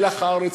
מלח הארץ,